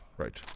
right.